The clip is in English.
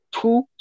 two